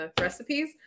recipes